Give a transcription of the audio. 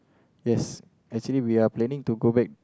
yes actually we are planning to go back